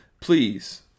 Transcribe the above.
Please